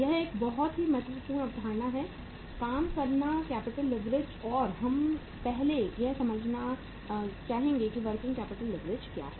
यह एक बहुत ही महत्वपूर्ण अवधारणा है काम करना कैपिटल लीवरेज और हम पहले यह समझना चाहेंगे कि वर्किंग कैपिटल लीवरेज क्या है